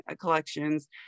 collections